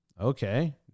Okay